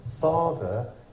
Father